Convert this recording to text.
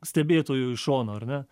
stebėtojų iš šono ar ne